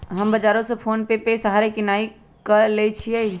हम बजारो से फोनेपे के सहारे किनाई क लेईछियइ